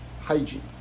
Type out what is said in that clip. hygiene